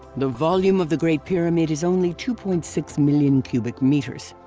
the volume of the great pyramid is only two point six million cubic meters.